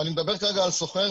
ואני מדבר כרגע על סוחר,